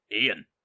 Ian